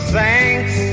thanks